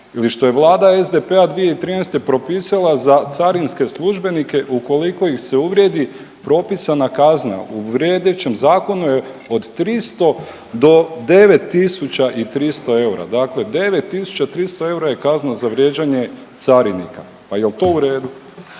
ili što je vlada SDP-a 2013. propisala za carinske službenike ukoliko ih se uvrijedi propisana kazna u vrijedećem zakonu je od 300 do 9.300 eura. Dakle, 9.300 eura je kazna za vrijeđanje carinika. Pa jel to u redu?